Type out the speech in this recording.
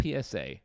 PSA